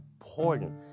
important